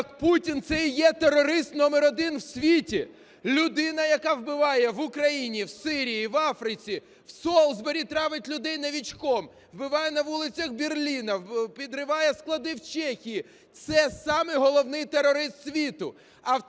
Путін – це і є терорист номер один в світі. Людина, яка вбиває в Україні, в Сирії, в Африці, в Солсбері травить людей "Новичком", вбиває на вулицях Берліну, підриває склади в Чехії. Це самий головний терорист світу.